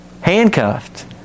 handcuffed